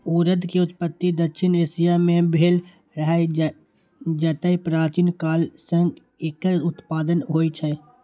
उड़द के उत्पत्ति दक्षिण एशिया मे भेल रहै, जतय प्राचीन काल सं एकर उत्पादन होइ छै